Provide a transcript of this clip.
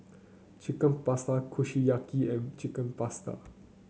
Chicken Pasta Kushiyaki and Chicken Pasta